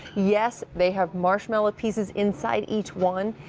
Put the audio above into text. yes, they have marshmallow pieces inside each one.